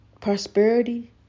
prosperity